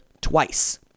twice